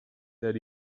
that